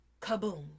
kaboom